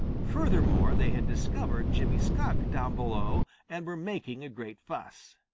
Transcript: furthermore, they had discovered jimmy skunk down below and were making a great fuss.